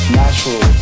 natural